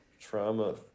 trauma